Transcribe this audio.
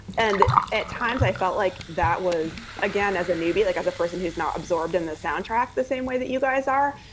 and at times i felt like that was, again, as a newbie, like as a person who's not absorbed in the soundtrack the same way that you guys are.